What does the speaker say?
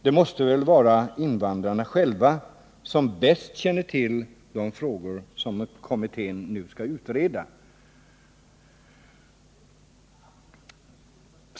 Det måste väl vara invandrarna själva som bäst känner till de frågor som kommittén skulle utreda.